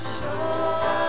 Show